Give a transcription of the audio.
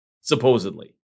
supposedly